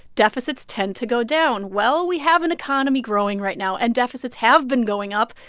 deficits tend to go down. well, we have an economy growing right now, and deficits have been going up.